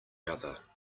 other